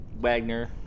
Wagner